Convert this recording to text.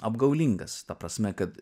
apgaulingas ta prasme kad